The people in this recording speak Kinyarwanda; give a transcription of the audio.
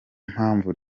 mpamvu